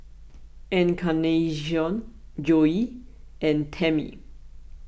Encarnacion Joey and Tammie